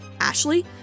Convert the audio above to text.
Ashley